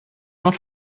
much